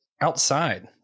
Outside